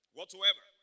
Whatsoever